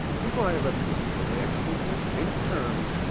before i left miss milroy, i told her, in the plainest terms,